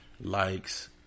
likes